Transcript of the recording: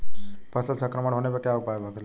फसल संक्रमित होने पर क्या उपाय होखेला?